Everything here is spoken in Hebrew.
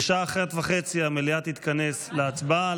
בשעה 13:30 המליאה תתכנס להצבעה,